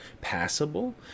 passable